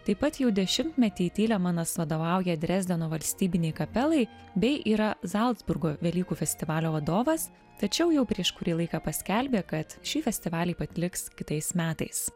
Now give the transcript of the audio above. taip pat jau dešimtmetį tylemanas vadovauja drezdeno valstybinei kapelai bei yra zalcburgo velykų festivalio vadovas tačiau jau prieš kurį laiką paskelbė kad šį festivalį patliks kitais metais